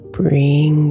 bring